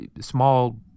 small